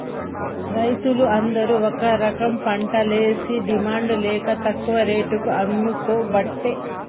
రైతులు అందరు ఒక రకంపంటలేషి డిమాండ్ లేక తక్కువ రేటుకు అమ్ముకోబట్టే